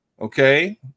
Okay